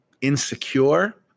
insecure